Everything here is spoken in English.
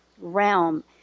realm